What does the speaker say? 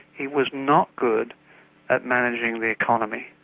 he was not good at managing the economy.